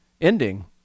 ending